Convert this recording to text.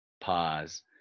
pause